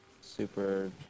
super